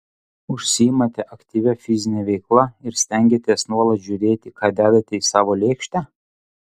užsiimate aktyvia fizine veikla ir stengiatės nuolat žiūrėti ką dedate į savo lėkštę